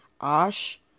ash